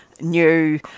new